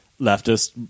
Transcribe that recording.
leftist